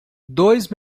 dois